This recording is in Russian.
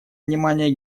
внимание